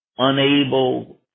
unable